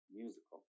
musical